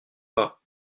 pas